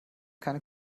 keine